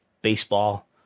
baseball